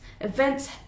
Events